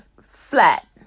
flat